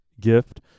gift